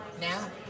now